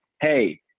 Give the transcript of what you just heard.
hey